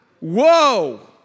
Whoa